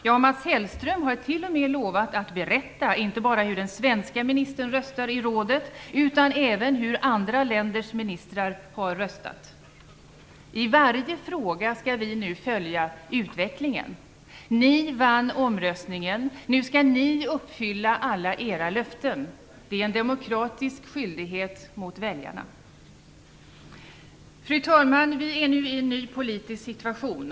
Ja, Mats Hellström har t.o.m. lovat att berätta hur inte bara den svenska ministern röstat i rådet utan även hur andra länders ministrar har röstat. I varje fråga skall vi följa utvecklingen. Ni på ja-sidan vann omröstningen. Nu skall ni uppfylla alla era löften; det är en demokratisk skyldighet mot väljarna. Fru talman! Vi är nu i en ny politisk situation.